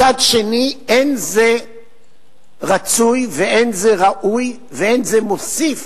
מצד שני, אין זה רצוי ואין זה ראוי ואין זה מוסיף,